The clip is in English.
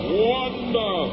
wonder